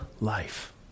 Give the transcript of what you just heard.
life